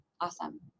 Awesome